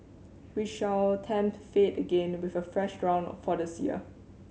we shall tempt fate again with a fresh round for this year